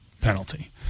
penalty